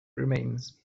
remains